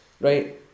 right